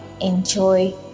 Enjoy